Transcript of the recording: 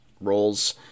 roles